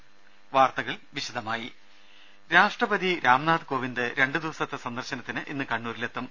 ള്ള ൽ ശ്ര ൽ ശ്ര ൾ രാഷ്ട്രപതി രാംനാഥ് കോവിന്ദ് രണ്ടു ദിവസത്തെ സന്ദർശനത്തിന് ഇന്ന് കണ്ണൂരി ലെത്തും